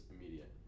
immediate